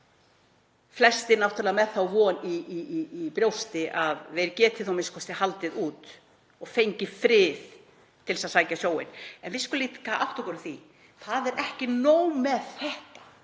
stað. Flestir náttúrlega með þá von í brjósti að þeir geti a.m.k. haldið út og fengið frið til að sækja sjóinn. En við skulum líka átta okkur á því að það er ekki nóg með þetta